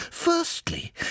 Firstly